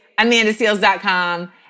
AmandaSeals.com